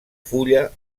fulla